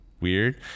weird